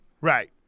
Right